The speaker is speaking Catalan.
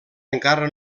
encara